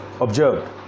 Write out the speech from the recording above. observed